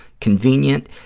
convenient